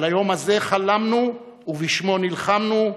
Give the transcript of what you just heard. על היום הזה חלמנו ובשמו נלחמנו,